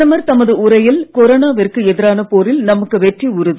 பிரதமர் தமது உரையில் கொரோனாவிற்கு எதிரான போரில் நமக்கு வெற்றி உறுதி